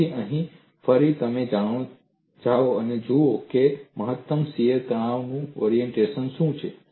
તેથી અહીં ફરી તમે જાઓ અને જુઓ કે મહત્તમ શીયર તણાવનું ઓરિએન્ટેશન શું છે